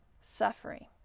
suffering